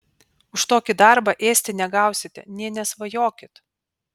už tokį darbą ėsti negausite nė nesvajokit